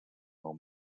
old